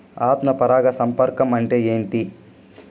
ఆత్మ పరాగ సంపర్కం అంటే ఏంటి?